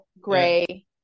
Gray